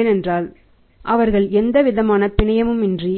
ஏனென்றால் அவர்கள் எந்தவிதமான பிணையுமின்றி